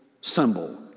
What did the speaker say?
symbol